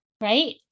right